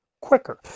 quicker